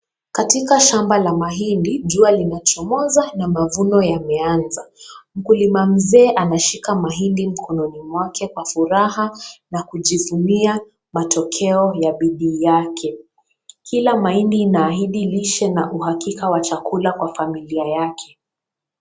Katika shamba la mahindi jua linachomoza na mavuno yameanza ,mkulima mzee anashika mahindi mkononi mwake kwa furaha na kujivunia matokeo ya bidii yake ,kila mahindi inaahidi lishe na uhakika wa chakula kwa familia yake .